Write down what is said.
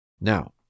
Now